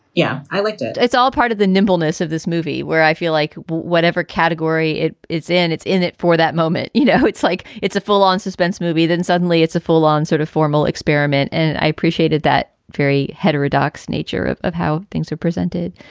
yeah, i liked it it's all part of the nimbleness of this movie where i feel like whatever category it it's in, it's in it for that moment. you know, it's like it's a full on suspense movie. then suddenly it's a full on sort of formal experiment. and i appreciated that very heterodox nature of of how things were presented.